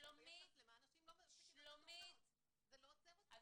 אנשים ממשיכים לעבור באור אדום,